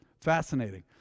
fascinating